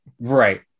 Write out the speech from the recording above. right